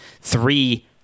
three